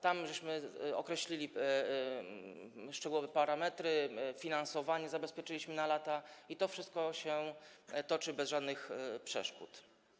Tam określiliśmy szczegółowe parametry, finansowanie zabezpieczyliśmy na lata i to wszystko się toczy bez żadnych przeszkód.